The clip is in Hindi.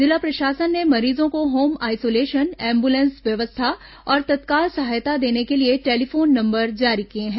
जिला प्रशासन ने मरीजों को होम आइसोलेशन एम्बुलेंस व्यवस्था और तत्काल सहायता देने के लिए टेलीफोन नंबर जारी किए हैं